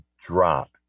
drop